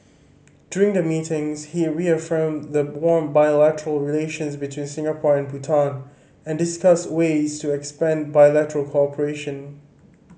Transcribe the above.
during the meetings he reaffirmed the warm bilateral relations between Singapore and Bhutan and discussed ways to expand bilateral cooperation